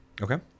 okay